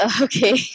okay